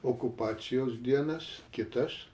okupacijos dienas kitas